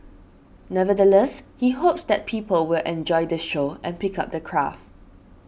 nevertheless he hopes that people will enjoy the show and pick up the craft